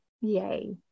yay